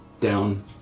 down